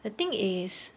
the thing is